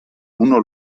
uno